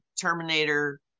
Terminator